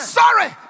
sorry